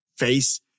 face